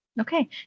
Okay